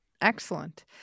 Excellent